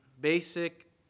basic